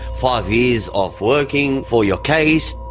five years of working for your case.